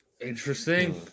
Interesting